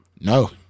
No